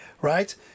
right